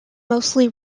mostly